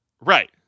Right